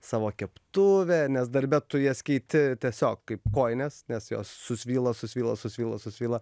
savo keptuvė nes darbe tu jas keiti tiesiog kaip kojines nes jos susvyla susvyla susvyla susvyla